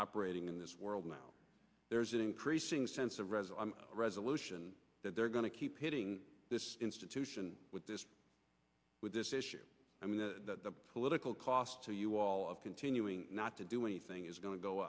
operating in this world now there's an increasing sense of reservoir resolution that they're going to keep hitting this institution with this with this issue i mean the political cost to you all of continuing not to do anything is going to go